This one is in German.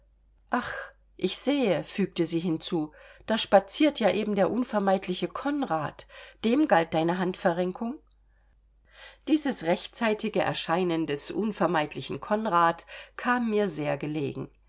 ah ich sehe fügte sie hinzu da spaziert ja eben der unvermeidliche konrad dem galt deine handverrenkung dieses rechtzeitige erscheinen des unvermeidlichen konrad kam mir sehr gelegen